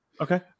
okay